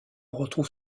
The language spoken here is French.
retrouve